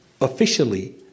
officially